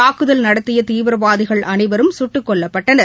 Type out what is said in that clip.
தாக்குதல் நடத்திய தீவிரவாதிகள் அனைவரும் சுட்டுக் கொல்லப்பட்டனர்